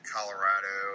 Colorado